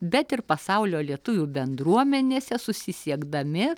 bet ir pasaulio lietuvių bendruomenėse susisiekdami